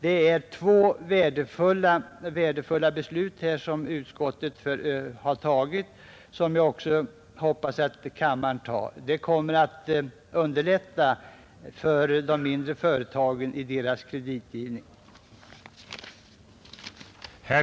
Det är två värdefulla beslut som utskottet här har fattat, och jag hoppas att kammaren biträder dem — det kommer att underlätta kreditgivningen för de mindre företagen.